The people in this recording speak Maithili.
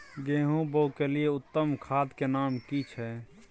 गेहूं बोअ के लिये उत्तम खाद के नाम की छै?